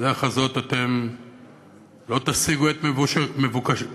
בדרך הזאת אתם לא תשיגו את מבוקשכם.